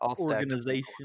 organization